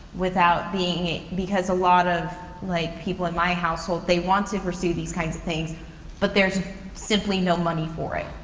without being because a lot of, like, people in my household they want to pursue these kinds of things but there's simply no money for it.